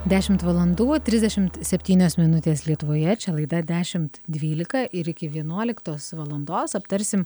dešimt valandų trisdešimt septynios minutės lietuvoje čia laida dešimt dvylika ir iki vienuoliktos valandos aptarsim